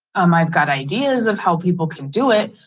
um i've got ideas of how people can do it,